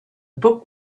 book